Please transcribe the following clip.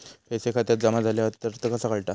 पैसे खात्यात जमा झाले तर कसा कळता?